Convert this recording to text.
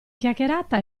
chiacchierata